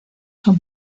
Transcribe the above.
son